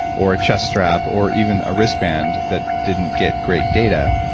or a chest strap or even a wristband that didn't get great data,